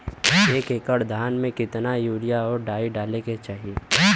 एक एकड़ धान में कितना यूरिया और डाई डाले के चाही?